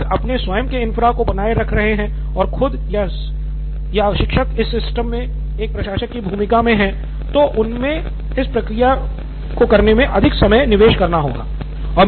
यदि छात्र अपने स्वयं के इन्फ्रा को बनाए रख रहे हैं और खुद या को शिक्षक इस सिस्टम में एक प्रशासक की भूमिका मे हैं तो उन्हे इस प्रक्रिया में अधिक समय निवेश करना पड़ेगा